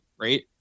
right